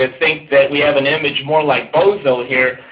and think that we have an image more like bozo here,